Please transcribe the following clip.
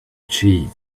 cheese